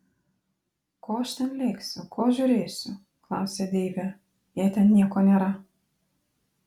ko aš ten lėksiu ko žiūrėsiu klausia deivė jei ten nieko nėra